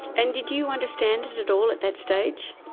and did you understand it at all at that stage?